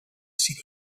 city